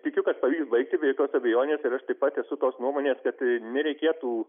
tikiu kad pavyks baigti be jokios abejonės ir aš taip pat esu tos nuomonės kad nereikėtų